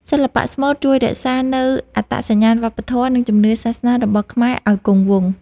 សិល្បៈស្មូតជួយរក្សានូវអត្តសញ្ញាណវប្បធម៌ និងជំនឿសាសនារបស់ខ្មែរឱ្យគង់វង្ស។